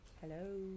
Hello